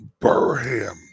Burham